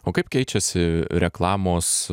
o kaip keičiasi reklamos